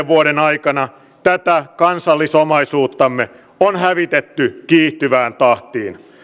vuoden aikana tätä kansallisomaisuuttamme on hävitetty kiihtyvään tahtiin